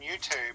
YouTube